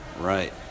right